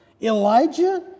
Elijah